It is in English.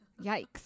Yikes